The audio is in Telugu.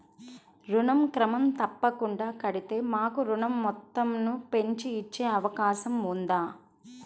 ఋణం క్రమం తప్పకుండా కడితే మాకు ఋణం మొత్తంను పెంచి ఇచ్చే అవకాశం ఉందా?